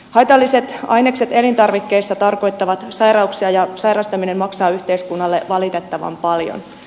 haitalliset ainekset elintarvikkeissa tarkoittavat sairauksia ja sairastaminen maksaa yhteiskunnalle valitettavan paljon